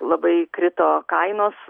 labai krito kainos